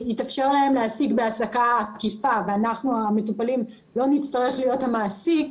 שיתאפשר להם להעסיק בהעסקה עקיפה ואנחנו המטופלים לא נצטרך להיות מעסיק.